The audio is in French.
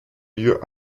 lieu